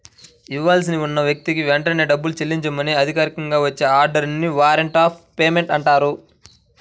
ఇవ్వాల్సి ఉన్న వ్యక్తికి వెంటనే డబ్బుని చెల్లించమని అధికారికంగా వచ్చే ఆర్డర్ ని వారెంట్ ఆఫ్ పేమెంట్ అంటారు